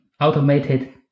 automated